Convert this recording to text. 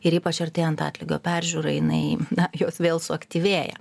ir ypač artėjant atlygio peržiūra jinai na jos vėl suaktyvėja